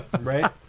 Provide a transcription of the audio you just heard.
right